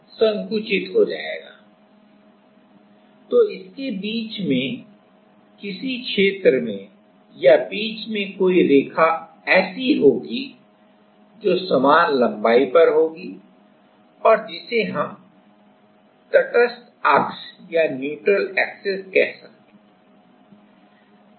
तो इसके बीच में किसी क्षेत्र में या बीच में कोई रेखा होगी जो समान लंबाई पर होगी और जिसे हम तटस्थ अक्ष कह सकते हैं